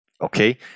Okay